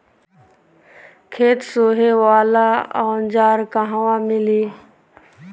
खेत सोहे वाला औज़ार कहवा मिली?